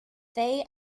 they